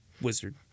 wizard